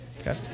Okay